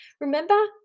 remember